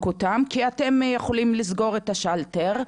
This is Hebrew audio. אותם כי אתם יכולים לסגור את השלטר,